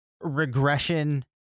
regression